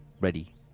ready